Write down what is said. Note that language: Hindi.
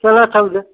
चल तउल द